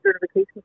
certification